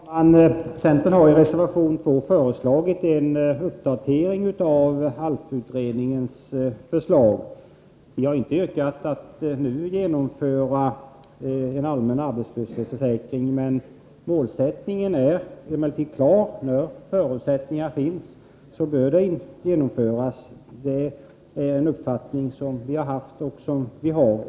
Fru talman! Centern har i reservation 2 föreslagit en uppdatering av ALF-utredningens förslag. Vi har inte yrkat att man nu skall genomföra en allmän arbetslöshetsförsäkring, men målsättningen är klar — när förutsättningar finns bör detta genomföras. Det är en uppfattning som vi har haft och fortfarande har.